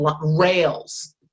rails